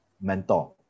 mentor